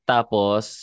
Tapos